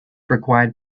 required